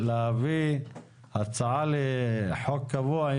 להביא הצעה לחוק קבוע,